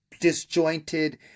disjointed